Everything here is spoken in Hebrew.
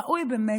ראוי באמת,